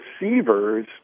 receivers